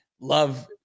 love